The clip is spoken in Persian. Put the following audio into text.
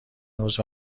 عضو